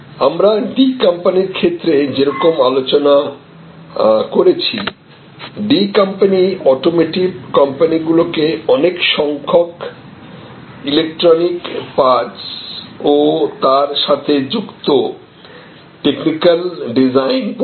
আমরা D কোম্পানির ক্ষেত্রে যেরকম আলোচনা করেছি ডি কোম্পানি অটোমোটিভ কোম্পানিগুলিকে অনেক সংখ্যক ইলেকট্রনিক্স পার্টস ও তার সাথে যুক্ত টেকনিক্যাল ডিজাইন পরিষেবা প্রোভাইড করে